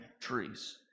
trees